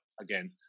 again